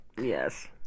yes